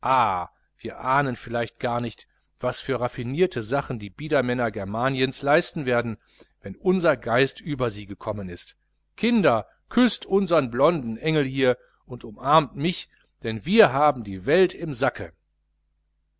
wir ahnen vielleicht gar nicht was für raffinierte sachen die biedermänner germaniens leisten werden wenn unser geist über sie gekommen ist kinder küßt unsern blonden engel hier und umarmt mich denn wir haben die welt im sacke